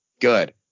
Good